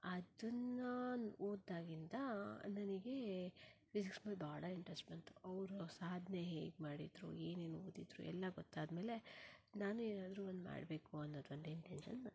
ಅದನ್ನು ಓದ್ದಾಗಿಂದ ನನಗೆ ಫಿಸಿಕ್ಸ್ ಮೇಲೆ ಬಹಳ ಇಂಟ್ರೆಸ್ಟ್ ಬಂತು ಅವರು ಸಾಧನೆ ಹೇಗೆ ಮಾಡಿದರು ಏನೇನು ಓದಿದರು ಎಲ್ಲ ಗೊತ್ತಾದ ಮೇಲೆ ನಾನೂ ಏನಾದರೂ ಒಂದು ಮಾಡಬೇಕು ಅನ್ನೋದೊಂದು ಇಂಟೆನ್ಷನ್ ಬಂತು